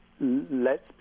lets